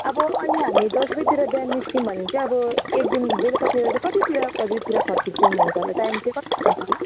अब अहिले हामी दस बजीतिर बिहान निस्क्यौँ भने चाहिँ अब एकदिन बेलुकातिर चाहिँ कतितिर बजीतिर फर्कन्छौँ हुन्छ होला टाइम चाहिँ हुन्छ होला